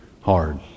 hard